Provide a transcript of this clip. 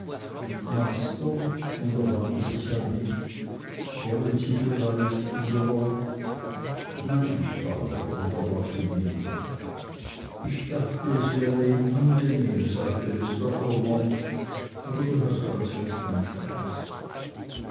master und er wandte sich an mich wollen sie vielleicht ihrer nein vater unterbrach ihn minnie ich dachte es wäre ihm vielleicht angenehm sagte mr omer aber du hast ganz recht mein schatz